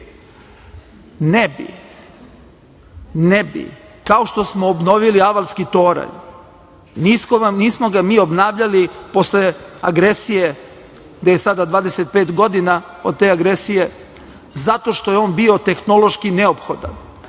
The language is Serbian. Ne bi. Kao što smo obnovili Avalski toranj. Nismo ga mi obnavljali posle agresije, gde je sada 25 godina od te agresije zato što je on bilo tehnološki neophodan,